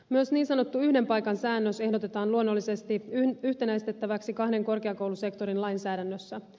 myös niin sanottu yhden paikan säännös ehdotetaan luonnollisesti yhtenäistettäväksi kahden korkeakoulusektorin lainsäädännössä